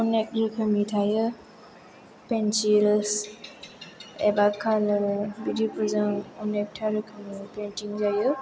अनेख रोखोमनि थायो पेन्सिल्स एबा कालार बिदि बुरजा अनेखथा रोखोमै पेइन्टिं जायो